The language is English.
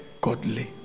godly